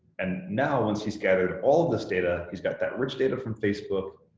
and now once he's gathered all this data, he's got that rich data from facebook,